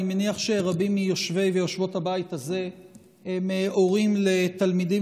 אני מניח שרבים מיושבי ויושבות הבית הזה הם הורים לתלמידים